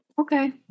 okay